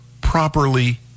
properly